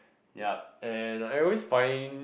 yup and I always find